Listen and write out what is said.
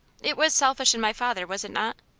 it was selfish in my father, was it not?